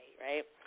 right